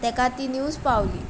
तेका ती निव्ज पावली